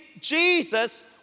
Jesus